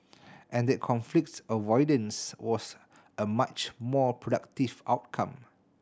and that conflict avoidance was a much more productive outcome